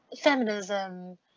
feminism